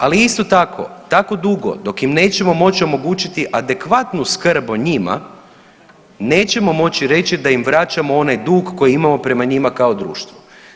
Ali isto tako, tako dugo dok im nećemo moći omogućiti adekvatnu skrb o njima nećemo moći reći da im vraćamo onaj dug koji imamo prema njima kao društvo.